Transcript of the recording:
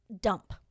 dump